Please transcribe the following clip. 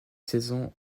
saison